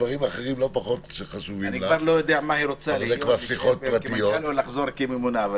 ברוך רופא חולים.